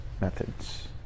methods